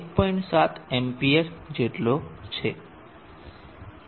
7 amps જેટલો છે